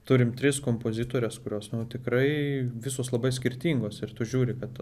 turim tris kompozitores kurios tikrai visos labai skirtingos ir tu žiūri kad